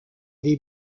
des